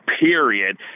period